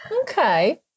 Okay